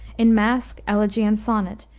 in masque, elegy, and sonnet,